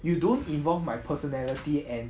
you don't involve my personality and